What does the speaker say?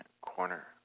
corner